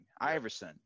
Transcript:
Iverson